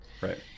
Right